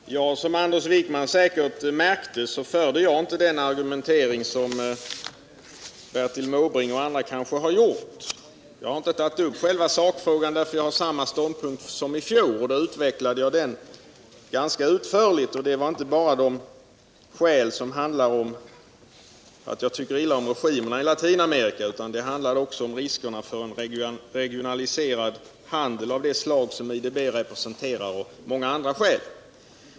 Herr talman! Som Anders Wikman säkert märkte lade jag inte fram de argument som Bertil Måbrink och andra kanske har använt. Jag har inte tagit upp själva sakfrågan, därför att jag har samma ståndpunkt som i fjol. Då utvecklade jag den ganska utförligt, och jag anförde inte bara de skäl som går ut på att jag tycker illa om regimerna i Latinamerika utan också bl.a. sådana skäl som har att göra med riskerna med en regionaliserad handel av det slag som IDB sysslar med.